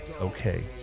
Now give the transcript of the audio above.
okay